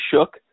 Shook